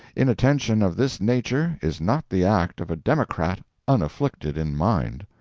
inattention of this nature is not the act of a democrat unafflicted in mind.